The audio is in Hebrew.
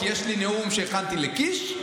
כי יש לי נאום שהכנתי לקיש,